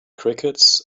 crickets